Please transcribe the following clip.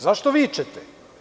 Zašto vičete?